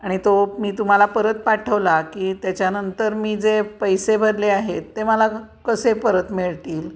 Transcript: आणि तो मी तुम्हाला परत पाठवला की त्याच्यानंतर मी जे पैसे भरले आहेत ते मला कसे परत मिळतील